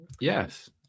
Yes